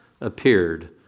appeared